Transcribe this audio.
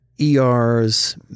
ERs